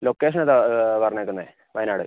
location ഇതാണ് പറഞ്ഞേക്കുന്നത് വയനാട്